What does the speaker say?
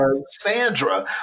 Sandra